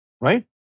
right